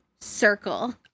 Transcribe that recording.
circle